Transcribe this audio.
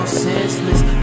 senseless